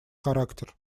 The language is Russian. характер